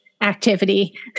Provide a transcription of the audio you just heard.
activity